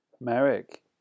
Merrick